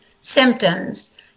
symptoms